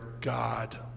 God